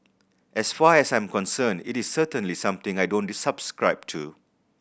as far as I'm concerned it is certainly something I don't subscribe to